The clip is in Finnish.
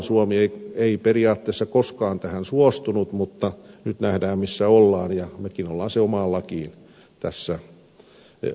suomi ei periaatteessa koskaan tähän suostunut mutta nyt nähdään missä ollaan ja mekin olemme sen omaan lakiimme tässä laittamassa